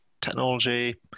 technology